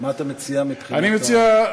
מה אתה מציע מבחינת,